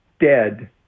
dead